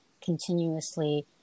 continuously